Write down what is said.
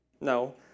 No